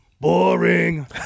boring